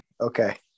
okay